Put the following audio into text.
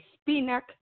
spinach